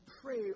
pray